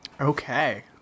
Okay